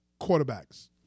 quarterbacks